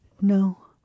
No